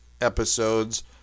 episodes